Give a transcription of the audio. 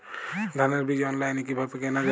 ধানের বীজ অনলাইনে কিভাবে কেনা যায়?